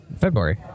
February